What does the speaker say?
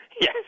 Yes